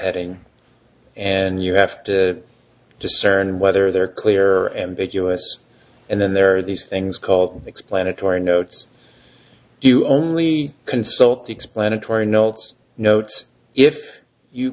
heading and you have to discern whether they're clear ambiguous and then there are these things called explanatory notes you only consult the explanatory notes notes if you